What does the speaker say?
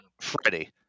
Freddie